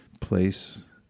place